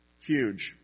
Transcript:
Huge